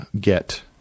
get